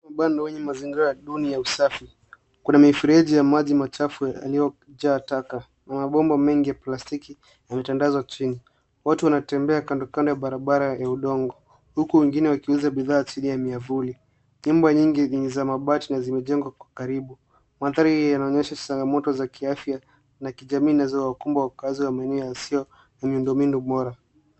Mabando wenye mazingira duni ya usafi. Kuna mifereji ya maji machafu yaliyojaa taka na mabomba mengi ya plastiki yametandazwa chini. Watu wanatembea kandokando ya barabara ya udongo huku wengine wakiuza bidhaa chini ya miavuli. Nyumba nyingi ni za mabati na zimejengwa kwa karibu. Mandhari yanaonyesha changamoto za kiafya na kijamii zinazowakumba wakaazi wa maeneo yasiyo na miundo mbinu bora.